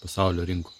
pasaulio rinkų